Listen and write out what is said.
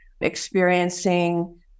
experiencing